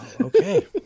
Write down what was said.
Okay